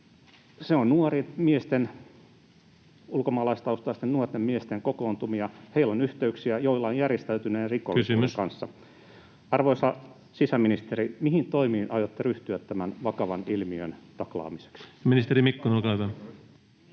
miesten, ulkomaalaistaustaisten nuorten miesten, kokoontumista. Heillä on yhteyksiä, joillain järjestäytyneen rikollisuuden kanssa. [Puhemies: Kysymys!] Arvoisa sisäministeri: mihin toimiin aiotte ryhtyä tämän vakavan ilmiön taklaamiseksi? Ministeri Mikkonen, olkaa hyvä.